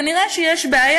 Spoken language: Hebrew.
כנראה יש בעיה,